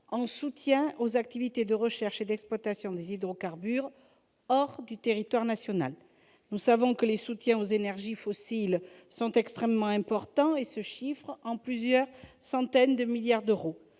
en soutien aux activités de recherche et d'exploitation des hydrocarbures menées hors du territoire national. Nous savons que les soutiens aux énergies fossiles sont extrêmement importants et se chiffrent en centaines de milliards d'euros.